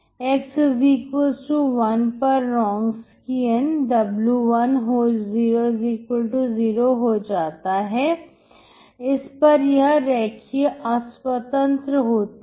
x1 पर Wronskian w0 हो जाता है इस पर यह रेखीय अस्वतंत्र होते हैं